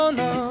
no